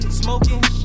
smoking